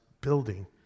building